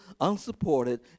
unsupported